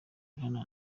rihanna